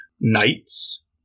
knights